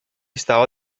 stava